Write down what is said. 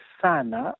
sana